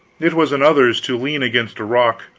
it was another's to lean against a rock,